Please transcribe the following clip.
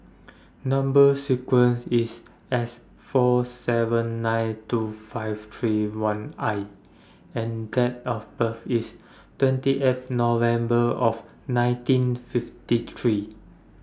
Number sequence IS S four seven nine two five three one I and Date of birth IS twenty eighth November of nineteen fifty three